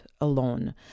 alone